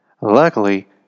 Luckily